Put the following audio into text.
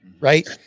right